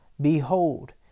Behold